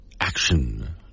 action